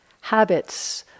habits